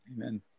amen